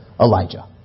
Elijah